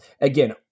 again